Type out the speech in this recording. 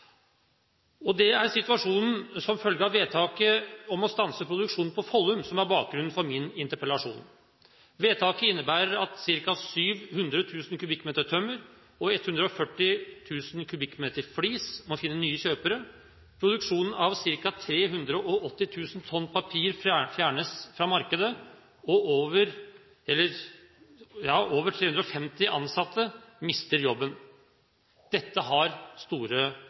Det er situasjonen som følge av vedtaket om å stanse produksjonen på Follum som er bakgrunnen for min interpellasjon. Vedtaket innebærer at ca. 700 000 m3 tømmer og 140 000 m3 flis må finne nye kjøpere. Produksjonen av ca. 380 000 tonn papir fjernes fra markedet. Over 350 ansatte mister jobben. Dette har store